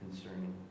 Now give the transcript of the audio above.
concerning